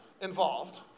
involved